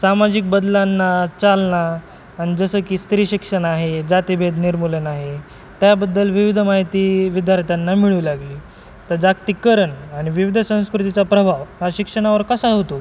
सामाजिक बदलांना चालना आणि जसं की स्त्री शिक्षण आहे जातिभेद निर्मूलन आहे त्याबद्दल विविध माहिती विद्यार्थ्यांना मिळू लागली तर जागतिककरण आणि विविध संस्कृतीचा प्रभाव हा शिक्षणावर कसा होतो